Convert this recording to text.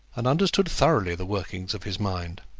and understood thoroughly the working of his mind.